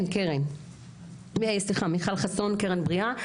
כן, סליחה, מיכל חסון, "קרן בריאה",